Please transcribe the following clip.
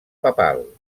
papal